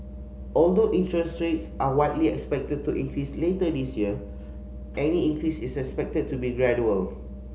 although interest rates are widely expected to increase later this year any increase is expected to be gradual